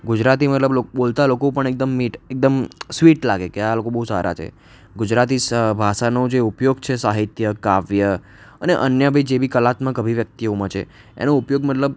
ગુજરાતી મતલબ લોક બોલતા લોકો પણ એકદમ મીઠ એકદમ સ્વીટ લાગે કે આ લોકો બહુ સારા છે ગુજરાતી સ ભાષાનો જે ઉપયોગ છે સાહિત્ય કાવ્ય અને અન્ય બી જે બી કલાત્મક અભિવ્યક્તિઓમાં છે એનો ઉપયોગ મતલબ